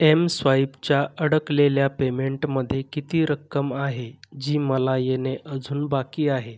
M स्वाईपच्या अडकलेल्या पेमेंटमध्ये किती रक्कम आहे जी मला येणे अजून बाकी आहे